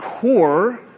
core